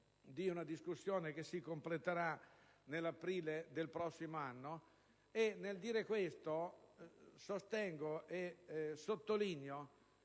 di una discussione che si completerà nell'aprile del prossimo anno. Nel dire questo, ricordo, in